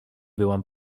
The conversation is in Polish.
byłam